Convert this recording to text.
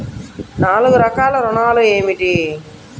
నాలుగు రకాల ఋణాలు ఏమిటీ?